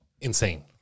insane